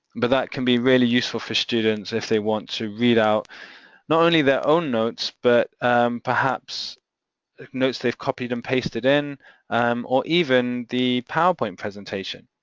but that can be really useful for students if they want to read out not only their own notes but perhaps notes they've copied and pasted in um or even the powerpoint presentation.